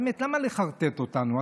באמת, למה לחרטט אותנו?